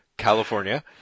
California